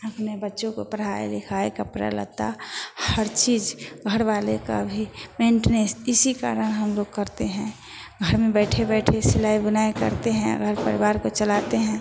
अपने बच्चों को पढ़ाए लिखाए कपड़ा लत्ता हर चीज़ घर वाले का भी मेंटनेन्स इसी कारण हम लोग निकलते हैं घर में बैठे बैठे सिलाई बुनाई करते हैं घर परिवार को चलाते हैं